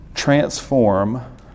Transform